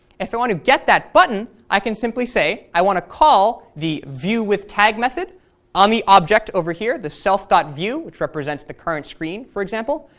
if i want to get that button i can simply say i want to call the viewwithtag method on the object over here, the self view, which represents the current screen, for example.